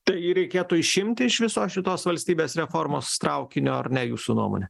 tai reikėtų išimti iš visos šitos valstybės reformos traukinio ar ne jūsų nuomone